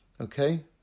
okay